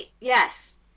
yes